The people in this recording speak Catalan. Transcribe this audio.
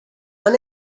han